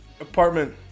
Apartment